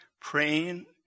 praying